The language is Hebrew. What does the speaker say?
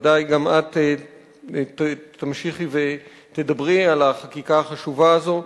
בוודאי גם את תמשיכי ותדברי על החקיקה החשובה הזאת.